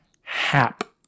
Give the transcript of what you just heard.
Hap